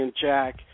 Jack